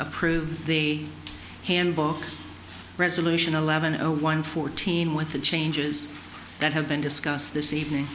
approve the handbook resolution eleven zero one fourteen with the changes that have been discussed this evening